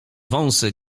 wąsy